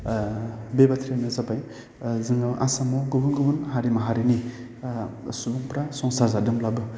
बे बाथ्रायानो जाबाय जोंनाव आसामाव गुबुन गुबुन हारि माहारिनि सुबुंफ्रा संसार जादोंब्लाबो